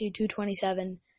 227